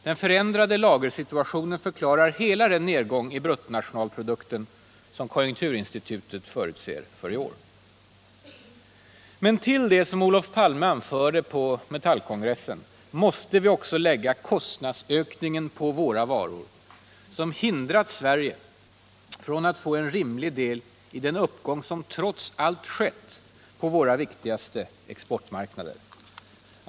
Den förändrade lagersituationen förklarar hela den nedgång i bruttonationalprodukten som konjunkturinstitutet förutser för i år. Men till det som Olof Palme anförde på Metallkongressen måste vi också lägga kostnadsökningen på våra varor, som hindrat Sverige från att få rimlig del i den uppgång som trots allt skett på våra viktigaste exportmarknader.